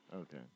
Okay